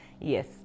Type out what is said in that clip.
Yes